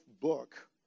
book